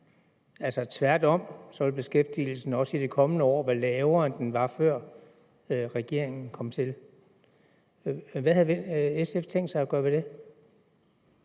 Altså, tværtimod vil beskæftigelsen også i det kommende år være lavere, end den var, før regeringen kom til. Hvad har SF tænkt sig at gøre ved det?